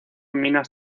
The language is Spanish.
minas